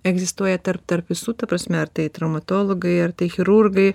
egzistuoja tarp tarp visų ta prasme ar tai traumatologai ar tai chirurgai